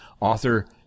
author